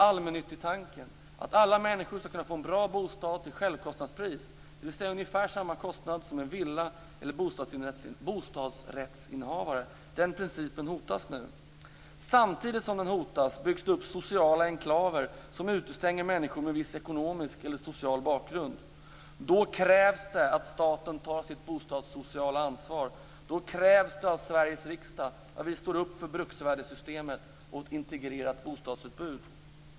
Allmännyttigtanken - att alla människor skall kunna få en bra bostad till självkostnadspris, dvs. till ungefär samma kostnad som en villaeller bostadsrättsinnehavare har - hotas nu. Samtidigt som den hotas byggs det upp sociala enklaver som utestänger människor med en viss ekonomisk eller social bakgrund. Då krävs det att staten tar sitt bostadssociala ansvar. Då krävs det att vi i Sveriges riksdag står upp för bruksvärdessystemet och ett integrerat bostadsutbud.